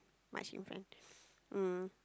much in front mm